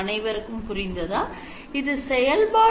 அனைவருக்கும் புரிந்ததா